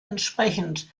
entsprechend